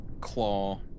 claw